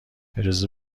اجازه